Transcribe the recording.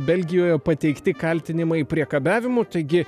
belgijoje pateikti kaltinimai priekabiavimu taigi